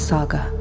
Saga